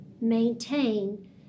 maintain